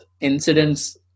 incidents